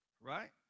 Right